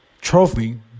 trophy